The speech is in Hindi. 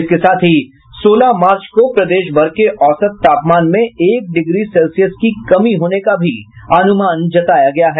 इसके साथ ही सोलह मार्च को प्रदेशभर के औसत तापमान में एक डिग्री सेल्सियस की कमी होने का भी अनुमान जताया गया है